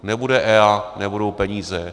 Nebude EIA, nebudou peníze.